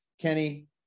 Kenny